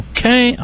Okay